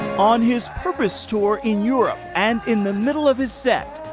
on his purpose tour in europe, and in the middle of his set,